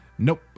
Nope